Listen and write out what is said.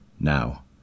Now